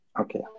Okay